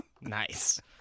Nice